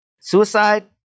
suicide